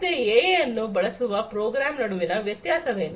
ಮತ್ತೆ ಎಐ ಅನ್ನು ಬಳಸುವ ಪ್ರೋಗ್ರಾಂ ನಡುವಿನ ವ್ಯತ್ಯಾಸವೇನು